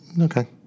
okay